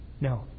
No